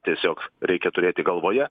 tiesiog reikia turėti galvoje